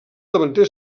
davanter